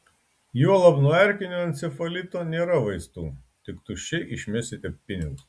juolab nuo erkinio encefalito nėra vaistų tik tuščiai išmesite pinigus